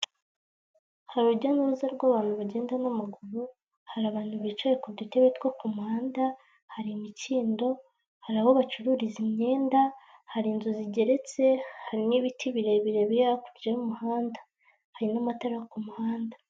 Hari urujya n'uruza rw'abantu bagenda n'amaguru, hari abantu bicaye ku dutebe two ku muhanda, hari imikindo, hari aho bacururiza imyenda, hari inzu zigeretse, hari n'ibiti birebire biri hakurya y'umuhanda, hari n'amatara yo ku muhanda.